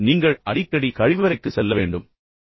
நீங்கள் அடிக்கடி கழிவறைக்குச் சென்று மீண்டும் வர வேண்டும்